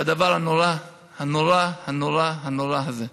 הדבר הנורא הנורא הנורא הנורא הזה.